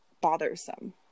bothersome